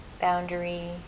boundary